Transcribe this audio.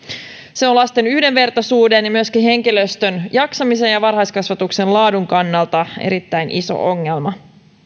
se on lasten yhdenvertaisuuden ja myöskin henkilöstön jaksamisen ja varhaiskasvatuksen laadun kannalta erittäin iso ongelma